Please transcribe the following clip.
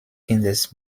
kindes